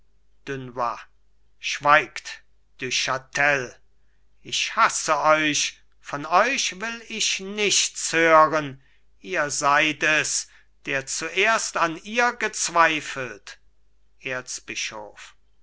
dunois schweigt du chatel ich hasse euch von euch will ich nichts hören ihr seid es der zuerst an ihr gezweifelt erzbischof